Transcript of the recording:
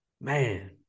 man